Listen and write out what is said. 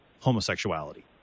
homosexuality